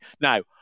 Now